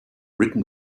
written